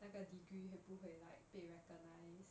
那个 degree 会不会 like 被 recognised